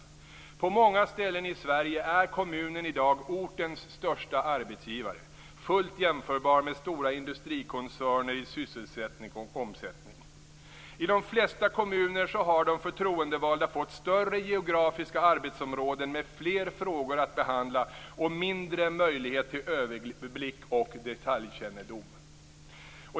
På många ställen i Sverige är kommunen i dag ortens största arbetsgivare, fullt jämförbar med stora industrikoncerner i sysselsättning och omsättning. I de flesta kommuner har de förtroendevalda fått större geografiska arbetsområden med fler frågor att behandla och mindre möjlighet till överblick och detaljkännedom.